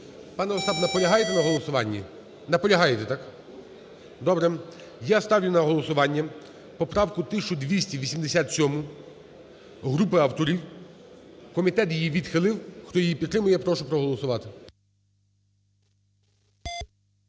Пане Остап, наполягаєте на голосуванні? Наполягаєте, так? Добре. Я ставлю на голосування поправку 1287-у групи авторів. Комітет її відхилив. Хто її підтримує, я прошу проголосувати.